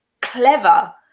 clever